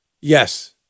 Yes